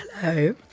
Hello